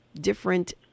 different